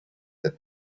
had